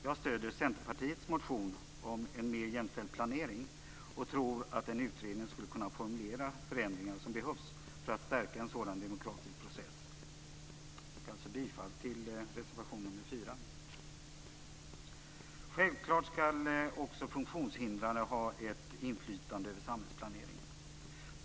Jag stöder Centerpartiets motion om en mer jämställd planering och tror att en utredning skulle kunna formulera de förändringar som behövs för att stärka en sådan demokratisk process. Självklart skall också funktionshindrade ha ett inflytande över samhällsplaneringen.